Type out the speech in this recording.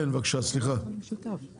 מטרת ההסדר הזה